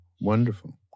wonderful